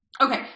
Okay